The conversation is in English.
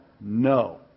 No